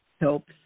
helps